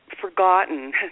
forgotten